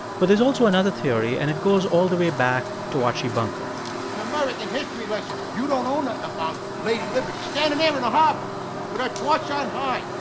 but there's also another theory. and it goes all the way back to archie bunker american history lesson you don't know nothing about lady liberty standing there in the harbor with her torch on high,